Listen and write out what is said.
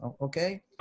Okay